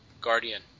guardian